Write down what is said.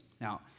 Now